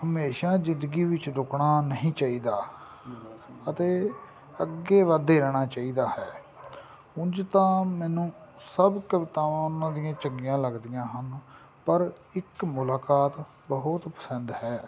ਹਮੇਸ਼ਾ ਜ਼ਿੰਦਗੀ ਵਿੱਚ ਰੁਕਣਾ ਨਹੀਂ ਚਾਹੀਦਾ ਅਤੇ ਅੱਗੇ ਵੱਧਦੇ ਰਹਿਣਾ ਚਾਹੀਦਾ ਹੈ ਉਂਝ ਤਾਂ ਮੈਨੂੰ ਸਭ ਕਵਿਤਾਵਾਂ ਉਹਨਾਂ ਦੀਆਂ ਚੰਗੀਆਂ ਲੱਗਦੀਆਂ ਹਨ ਪਰ ਇੱਕ ਮੁਲਾਕਾਤ ਬਹੁਤ ਪਸੰਦ ਹੈ